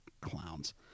clowns